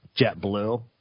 JetBlue